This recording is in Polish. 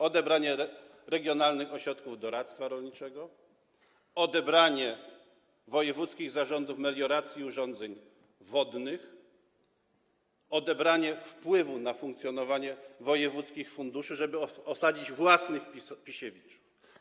Odebranie regionalnych ośrodków doradztwa rolniczego, odebranie wojewódzkich zarządów melioracji i urządzeń wodnych, odebranie wpływu na funkcjonowanie wojewódzkich funduszy, żeby osadzić tam własnych Pisiewiczów.